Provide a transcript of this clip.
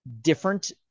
different